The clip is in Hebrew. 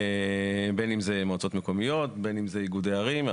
בין אם אלה מועצות מקומיות ובין אם אלה איגודי ערים.